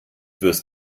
wirst